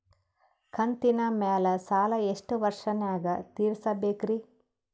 ಕಂತಿನ ಮ್ಯಾಲ ಸಾಲಾ ಎಷ್ಟ ವರ್ಷ ನ್ಯಾಗ ತೀರಸ ಬೇಕ್ರಿ?